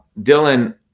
Dylan